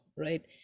Right